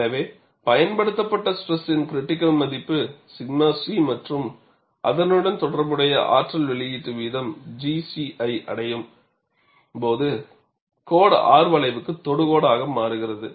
எனவே பயன்படுத்தப்பட்ட ஸ்ட்ரெஸின் கிரிடிக்கல் மதிப்பு 𝛔 c மற்றும் அதனுடன் தொடர்புடைய ஆற்றல் வெளியீட்டு வீதம் G c ஐ அடையும் போது கோடு R வளைவுக்கு தொடுகோடு ஆக மாறுகிறது